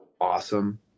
awesome